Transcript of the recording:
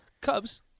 Cubs